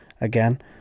Again